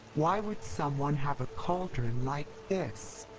why would someone have a cauldron like this?